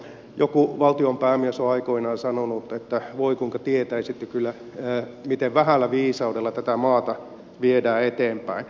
joku valtionpäämies on aikoinaan sanonut että voi kuinka tietäisitte kyllä miten vähällä viisaudella tätä maata viedään eteenpäin